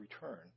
return